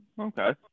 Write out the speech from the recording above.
Okay